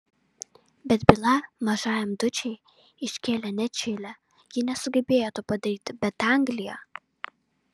bet bylą mažajam dučei iškėlė ne čilė ji nesugebėjo to padaryti bet anglija